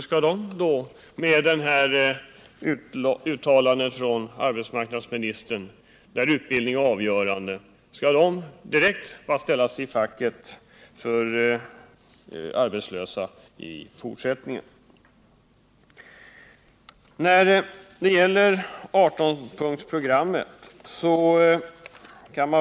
Skall dessa ungdomar, som en följd av arbetsmarknadsministerns uttalande att utbildningen är det avgörande, i fortsättningen bara placeras i facket för arbetslösa?